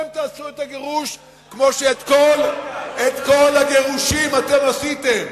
כמו שאת כל הגירושים אתם עשיתם.